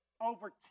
over